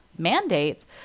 mandates